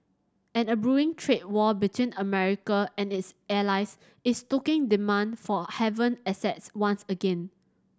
and a brewing trade war between America and its allies is stoking demand for haven assets once again